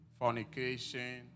fornication